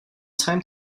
time